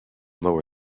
lower